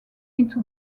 into